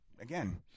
again